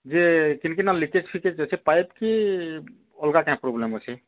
ଯେ କିନ୍କିନା ଲିକେଜ୍ଫିକେଜ୍ ଅଛି ପାଇପ୍ କି ଅଲଗା କାଁ ପ୍ରୋବ୍ଲେମ୍ ଅଛି